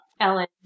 Ellen